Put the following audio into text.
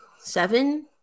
Seven